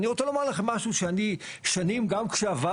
אני רוצה לומר לכם משהו שאני שנים גם כשעבדתי